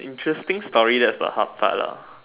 interesting story that's the hard part lah